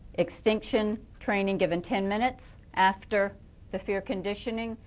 extinction, training given ten minutes after the fear conditioning.